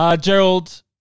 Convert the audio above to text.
Gerald